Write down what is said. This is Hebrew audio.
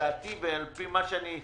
ולדעתי ועל פי מה שראיתי